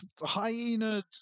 hyena